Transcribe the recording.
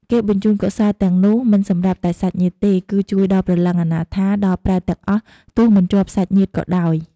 គេបញ្ជូនកុសលទាំងនោះមិនសម្រាប់តែសាច់ញាតិទេ គឺជួយដល់ព្រលឹងអនាថា ដល់ប្រេតទាំងអស់ ទោះមិនជាប់សាច់ញាតិក៏ដោយ។